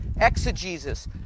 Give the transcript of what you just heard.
exegesis